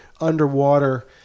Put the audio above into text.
underwater